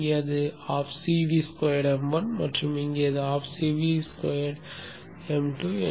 இங்கே அது ½ CV2m1 மற்றும் இங்கே ½ CV2m2